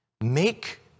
make